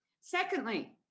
Secondly